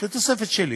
זו תוספת שלי: